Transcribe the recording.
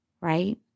right